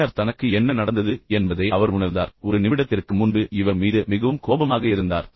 பின்னர் தனக்கு என்ன நடந்தது என்பதை அவர் உணர்ந்தார் ஒரு நிமிடத்திற்கு முன்பு இந்த மனிதர் மீது அவர் மிகவும் கோபமாக இருந்தார்